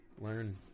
learn